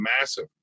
massive